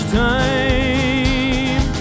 time